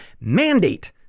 mandate